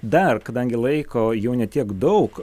dar kadangi laiko jau ne tiek daug